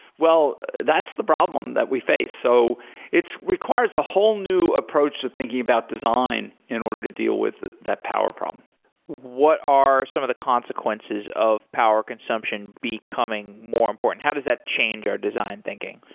well, that's the problem that we face. so it requires a whole new approach to thinking about design in order to deal with that power problem what are some of the consequences of power consumption becoming more important? how does that change our design thinking?